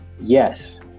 Yes